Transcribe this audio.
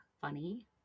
funny